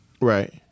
Right